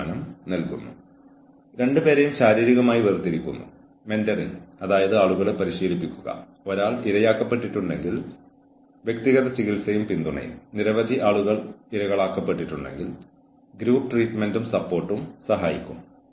അച്ചടക്ക യോഗത്തിന് ശേഷം ജീവനക്കാരനെതിരെയുള്ള കേസ് ശരിവയ്ക്കുകയാണെങ്കിൽ ഉചിതമായ ഉപരോധങ്ങൾ പ്രയോഗിക്കുന്നതിന് അച്ചടക്ക നടപടിക്രമങ്ങൾ നൽകുന്നു